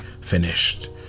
finished